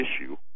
issue